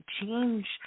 change –